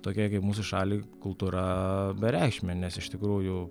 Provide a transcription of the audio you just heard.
tokia mūsų šalį kultūra bereikšmė nes iš tikrųjų